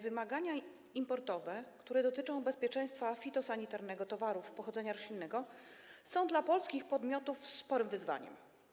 Wymagania importowe, które dotyczą bezpieczeństwa fitosanitarnego towarów pochodzenia roślinnego, są dla polskich podmiotów sporym wyzwaniem.